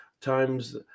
times